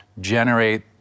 generate